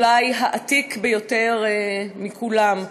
אולי העתיק ביותר מכולם,